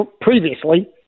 previously